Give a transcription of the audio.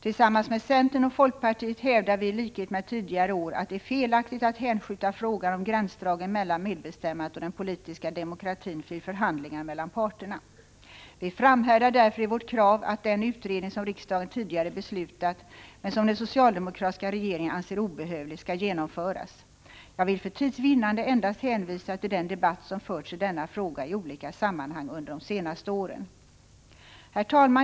Tillsammans med centern och folkpartiet hävdar vi i likhet med tidigare år att det är felaktigt att hänskjuta frågan om gränsdragningen mellan medbestämmandet och den politiska demokratin till förhandlingar mellan parterna. Vi framhärdar därför i vårt krav att den utredning som riksdagen tidigare beslutat om men som den socialdemokratiska regeringen anser obehövlig skall genomföras. Jag vill för tids vinnande endast hänvisa till den debatt som i olika sammanhang har förts i denna fråga under de senaste åren. Herr talman!